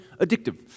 addictive